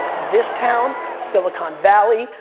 this town, silicon valley,